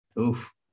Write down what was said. Oof